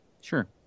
Sure